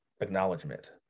acknowledgement